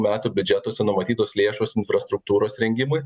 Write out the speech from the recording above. metų biudžetuose numatytos lėšos infrastruktūros rengimui